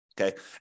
Okay